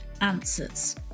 answers